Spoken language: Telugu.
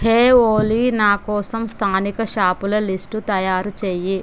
హే ఓలి నా కోసం స్థానిక షాపుల లిస్టు తయారు చెయ్యి